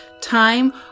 time